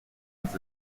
was